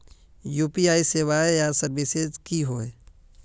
UPI सेवाएँ या services की होय?